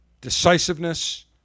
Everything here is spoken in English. decisiveness